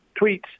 tweets